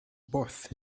both